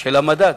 של המדד.